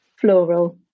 Floral